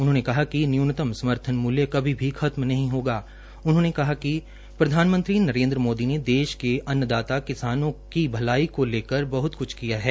उन्होंने कहा कि न्यूनतम समर्थन मूल्य कभी भी खत्म नहीं होगा उन्होंने कहा कि प्रधानमंत्री नरेन्द्र मोदी ने देश के अन्नदाता किसानों की भलाई को लेकर बहत क्छ किया है